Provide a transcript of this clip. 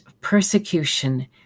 persecution